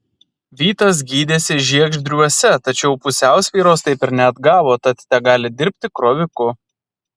vytas gydėsi žiegždriuose tačiau pusiausvyros taip ir neatgavo tad tegali dirbti kroviku